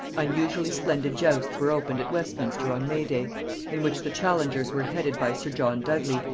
unusually splendid justs were opened at westminster on may-day in which the challengers were headed by sir john dudley,